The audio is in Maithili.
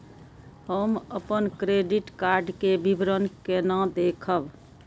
हम अपन क्रेडिट कार्ड के विवरण केना देखब?